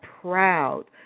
proud